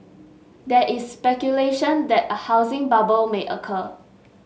there is speculation that a housing bubble may occur